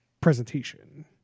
presentation